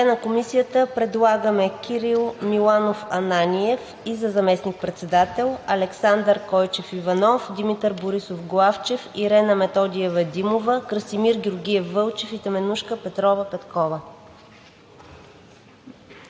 за членове на Комисията предлагаме Кирил Миланов Ананиев – и за заместник-председател, Александър Койчев Иванов, Димитър Борисов Главчев, Ирена Методиева Димова, Красимир Георгиев Вълчев и Теменужка Петрова Петкова.